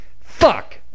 Fuck